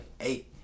eight